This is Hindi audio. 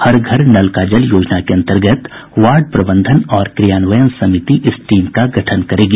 हर घर नल का जल योजना के अन्तर्गत वार्ड प्रबंधन और क्रियान्वयन समिति इस टीम का गठन करेगी